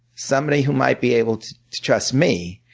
somebody who might be able to to trust me.